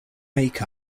make